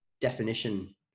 definition